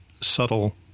subtle